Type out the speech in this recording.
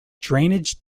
drainage